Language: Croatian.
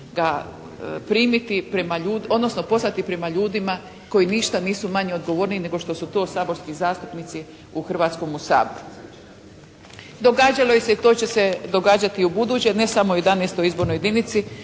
ga primiti prema, odnosno poslati prema ljudima koji ništa nisu manje odgovorniji nego što su to saborski zastupnici u Hrvatskomu saboru. Događalo se i to će se događati i u buduće ne samo u 11. izbornoj jedinici,